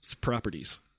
properties